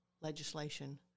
legislation